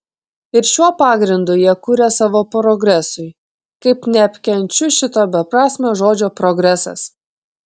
ir šiuo pagrindu jie kuria savo progresui kaip neapkenčiu šito beprasmio žodžio progresas